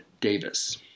Davis